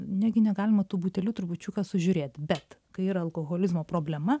negi negalima tų butelių trupučiuką sužiūrėt bet kai yra alkoholizmo problema